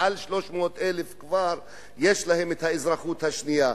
כבר למעלה מ-300,000 יש להם האזרחות השנייה.